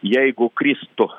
jeigu kristų